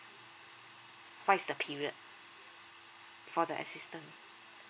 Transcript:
what is the period for the assistance